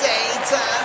Data